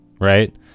right